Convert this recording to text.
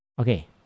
okay